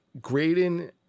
grading